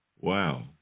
Wow